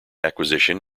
acquisition